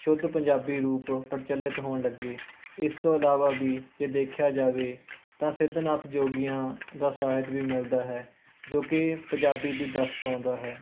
ਸ਼ੁੱਧ ਪੰਜਾਬੀ ਰੂਪ ਪ੍ਰਚਲਿਤ ਹੋਣ ਲੱਗੇ ਇਸ ਤੋਂ ਇਲਾਵਾ ਵੀ ਜੇ ਦੇਖਿਆ ਜਾਵੇ ਤਾਂ ਸਿੱਧ ਨਾਥ ਜੋਗੀਆਂ ਦਾ ਸਾਹਿਤ ਵੀ ਮਿਲਦਾ ਹੈ ਜੋ ਕਿ ਪੰਜਾਬੀ ਦੀ ਦੱਸ ਪਾਉਂਦਾ ਹੈ